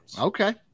Okay